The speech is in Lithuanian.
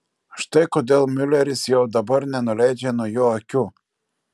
štai kodėl miuleris jau dabar nenuleidžia nuo jų akių